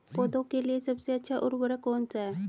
पौधों के लिए सबसे अच्छा उर्वरक कौन सा है?